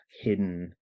hidden